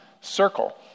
circle